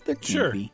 Sure